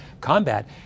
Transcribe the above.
combat